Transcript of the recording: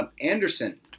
Anderson